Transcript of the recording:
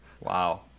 Wow